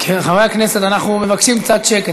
חברי הכנסת, אנחנו מבקשים קצת שקט.